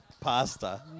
Pasta